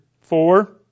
four